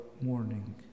morning